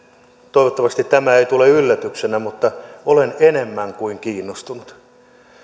toivottavasti tämä ei tule yllätyksenä mutta olen enemmän kuin kiinnostunut